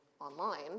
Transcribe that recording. online